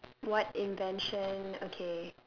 what invention okay